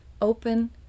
open